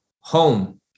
home